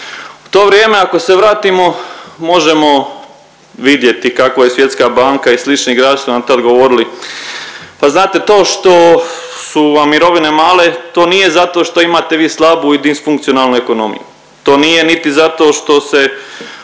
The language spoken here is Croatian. U to vrijeme ako se vratimo možemo vidjeti kako je Svjetska banka i slični igrači nam tad govorili, pa znate to što su vam mirovine male to nije zato što imate vi slabu i disfunkcionalnu ekonomiju, to nije niti zato što se,